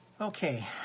Okay